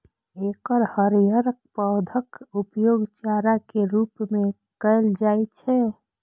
एकर हरियर पौधाक उपयोग चारा के रूप मे कैल जाइ छै